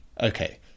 Okay